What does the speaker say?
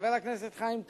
חבר הכנסת חיים כץ,